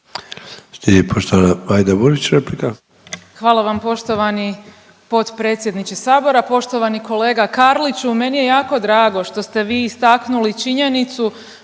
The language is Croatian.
Burić, replika. **Burić, Majda (HDZ)** Hvala vam poštovani potpredsjedniče Sabora. Poštovani kolega Karliću meni je jako drago što ste vi istaknuli činjenicu